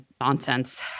nonsense